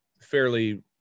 fairly